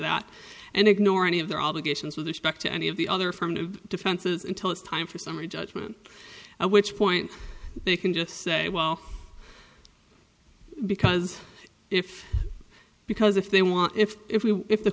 that and ignore any of their obligations with respect to any of the other forms of defenses until it's time for summary judgment which point they can just say well because if because if they want if if we if the